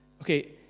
okay